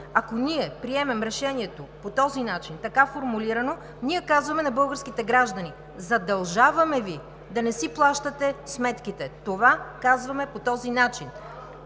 ако ние приемем Решението по този начин, така формулирано, ние казваме на българските граждани: „Задължаваме Ви да не си плащате сметките!“ Това казваме по този начин.